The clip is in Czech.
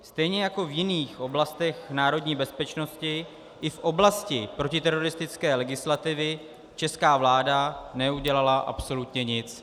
Stejně jako v jiných oblastech národní bezpečnosti, i v oblasti protiteroristické legislativy česká vláda neudělala absolutně nic.